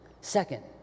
Second